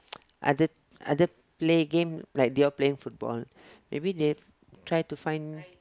other other play game like they all playing football maybe they try to find